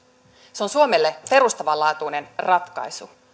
se on suomelle perustavanlaatuinen ratkaisu